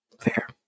Fair